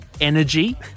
energy